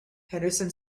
henderson